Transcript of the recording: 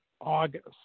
August